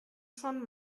schon